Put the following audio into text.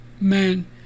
man